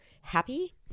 happy